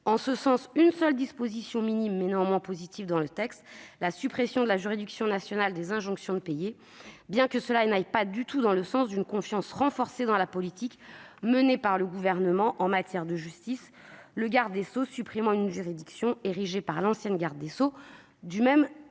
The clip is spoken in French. contient une seule disposition, minime, mais néanmoins positive, la suppression de la juridiction nationale des injonctions de payer, bien que cela n'aille pas du tout dans le sens d'une confiance renforcée dans la politique menée par le Gouvernement en matière de justice, le garde des sceaux actuel supprimant une juridiction créée par la garde des sceaux qui